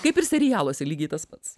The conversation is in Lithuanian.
kaip ir serialuose lygiai tas pats